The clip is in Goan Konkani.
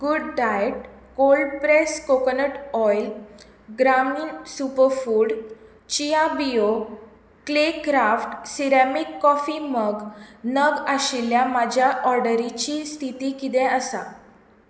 good diet cold pressed coconut oil Gramin superfood chia बियो क्लेक्राफ्ट सिरॅमीक कॉफी मग नग आशिल्ल्या म्हज्या ऑर्डरीची स्थिती किदें आसा